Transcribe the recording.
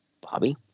Bobby